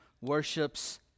worships